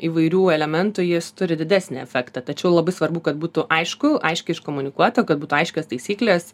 įvairių elementų jis turi didesnį efektą tačiau labai svarbu kad būtų aišku aiškiai iškomunikuota kad būtų aiškios taisyklės